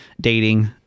dating